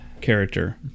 character